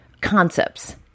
concepts